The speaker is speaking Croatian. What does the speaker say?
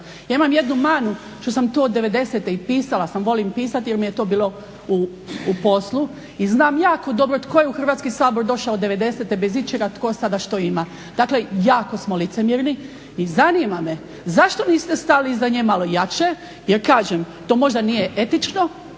Ja imam jednu manu što sam tu od devedesete i pisala sam i volim pisati jer mi je to bilo u poslu i znam jako dobro tko je u Hrvatski sabor došao devedesete bez ičega a tko sada što ima. Dakle, jako smo licemjerni. I zanima me zašto niste stali iz nje malo jače, jer kažem to možda nije etično